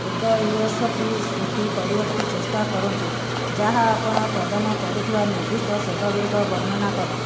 ଏକ U S B ସୃଷ୍ଟି କରିବାକୁ ଚେଷ୍ଟା କରନ୍ତୁ ଯାହା ଆପଣ ପ୍ରଦାନ କରୁଥିବା ନିର୍ଦ୍ଦିଷ୍ଟ ସେବା ଗୁଡ଼ିକ ବର୍ଣ୍ଣନା କରେ